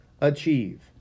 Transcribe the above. achieve